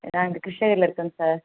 நாங்கள் கிருஷ்ணகிரியில் இருக்கோங்க சார்